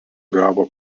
gavo